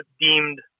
deemed